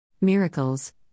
Miracles